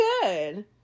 good